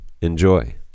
Enjoy